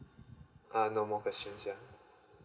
err no more questions yeah